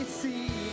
see